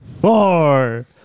Four